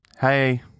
Hey